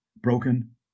Broken